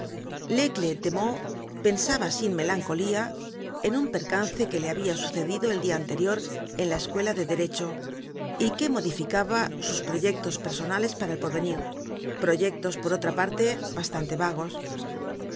de meaux pensaba sin melancolía en un percance que le habia sucedido el dia anterior en la escuela de derecho y que modificaba sus proyectos personales para el porvenir proyectos por otra parte bastante vagos